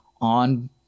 on